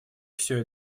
все